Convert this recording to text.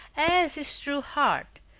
has his true heart.